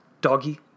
Doggy